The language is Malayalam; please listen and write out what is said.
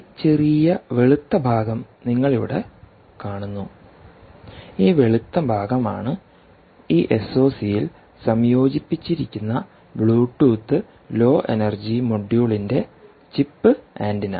ഈ ചെറിയ വെളുത്ത ഭാഗം നിങ്ങൾ ഇവിടെ കാണുന്നു ഈ വെളുത്ത ഭാഗമാണ് ഈ എസ്ഒസിയിൽ സംയോജിപ്പിച്ചിരിക്കുന്ന ബ്ലൂടൂത്ത് ലോ എനർജി മൊഡ്യൂളിന്റെ ചിപ്പ് ആന്റിന